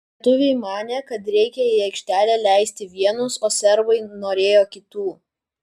lietuviai manė kad reikia į aikštelę leisti vienus o serbai norėjo kitų